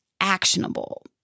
actionable